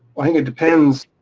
i think it depends.